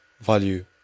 value